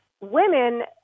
women